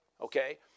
Okay